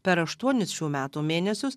per aštuonis šių metų mėnesius